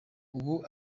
ubu